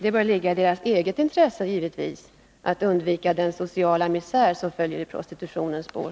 Det bör givetvis ligga i en kommuns eget intresse att undvika den sociala misär som följer i prostitutionens spår.